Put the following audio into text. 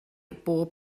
bob